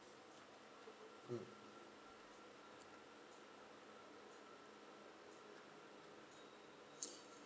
mm